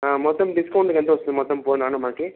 మొత్తం డిస్కౌంట్కి ఎంత వస్తుంది మొత్తం పోను కాను మాకు